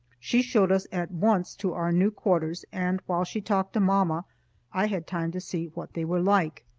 she showed us at once to our new quarters, and while she talked to mamma i had time to see what they were like.